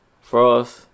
Frost